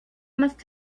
must